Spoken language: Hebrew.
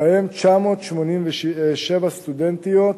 ובהם 987 סטודנטיות,